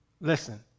Listen